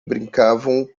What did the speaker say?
brincavam